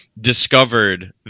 discovered